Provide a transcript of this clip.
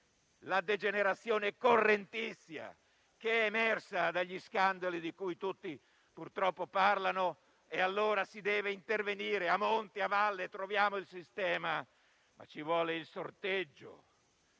la degenerazione correntizia, che è emersa dagli scandali di cui tutti purtroppo parlano. Allora si deve intervenire, a monte o a valle, ma troviamo il sistema: ci vuole il sorteggio!